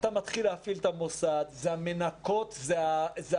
אתה מתחיל להפעיל את המוסד זה המנקות,